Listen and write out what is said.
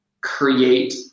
create